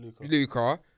Luca